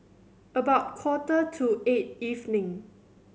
about quarter to eight evening